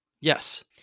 Yes